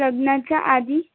लग्नाच्या आधी